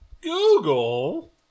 Google